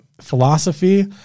philosophy